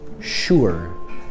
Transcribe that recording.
sure